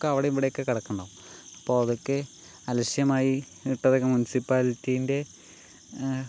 ഇതൊക്കെ അവിടേയും ഇവിടേയും ഒക്കെ കിടക്കുന്നുണ്ടാവും അപ്പോൾ അതൊക്കെ അലക്ഷ്യമായി ഇട്ടത് മുനസിപ്പാലിറ്റീൻ്റെ